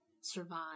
survive